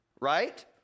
right